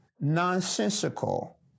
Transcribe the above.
nonsensical